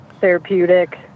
therapeutic